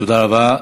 תודה רבה.